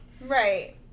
right